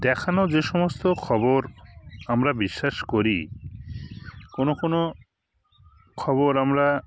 দেখানো যে সমস্ত খবর আমরা বিশ্বাস করি কোনও কোনও খবর আমরা